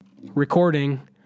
Recording